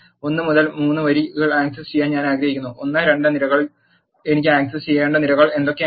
1 3 വരികൾ access ചെയ്യാൻ ഞാൻ ആഗ്രഹിക്കുന്നു 1 2 നിരകളിൽ എനിക്ക് ആക് സസ് ചെയ്യേണ്ട നിരകൾ എന്തൊക്കെയാണ്